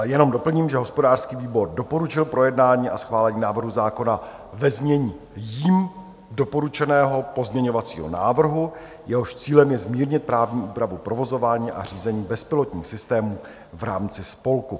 Jenom doplním, že hospodářský výbor doporučil projednání a schválení návrhu zákona ve znění jím doporučeného pozměňovacího návrhu, jehož cílem je zmírnit právní úpravu provozování a řízení bezpilotních systémů v rámci spolku.